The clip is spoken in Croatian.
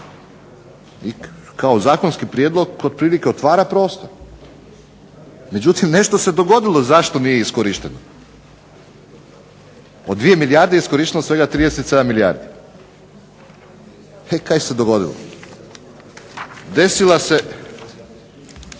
i kao zakonski prijedlog otprilike otvara prostor, međutim nešto se dogodilo zašto nije iskorišteno, od 2 milijarde iskorišteno svega 37 milijardi. E kaj se dogodilo. Desila se